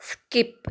skip